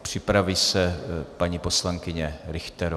Připraví se paní poslankyně Richterová.